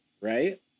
right